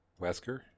Wesker